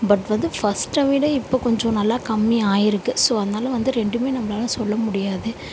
but வந்து ஃபஸ்ட்டை விட இப்போது கொஞ்சம் நல்லா கம்மி ஆயிருக்குது ஸோ அதனால் வந்து ரெண்டுமே நம்மளால சொல்ல முடியாது